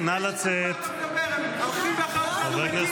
העם ברובו